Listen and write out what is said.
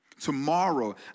Tomorrow